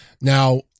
Now